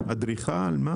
אדריכל, מה?